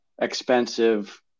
expensive